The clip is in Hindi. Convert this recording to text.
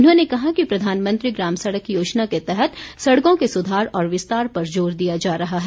उन्होंने कहा कि प्रधानमंत्री ग्राम सड़क योजना के तहत सड़कों के सुधार और विस्तार पर जोर दिया जा रहा है